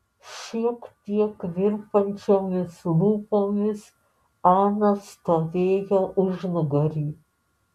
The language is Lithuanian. šiek tiek virpančiomis lūpomis ana stovėjo užnugary